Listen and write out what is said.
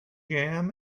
jam